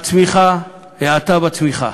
הצמיחה, האטה בצמיחה,